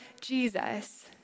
Jesus